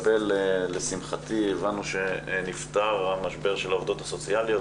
לשמחתי הבנו שנפתר המשבר של העובדות הסוציאליות,